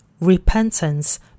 repentance